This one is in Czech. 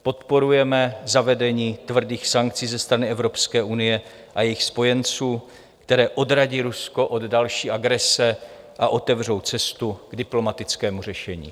Podporujeme zavedení tvrdých sankcí ze strany Evropské unie a jejích spojenců, které odradí Rusko od další agrese a otevřou cestu k diplomatickému řešení.